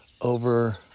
over